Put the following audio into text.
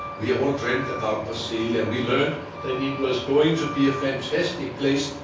we all dreamt about brasilia, and we learned that it was going to be a fantastic place.